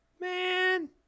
Man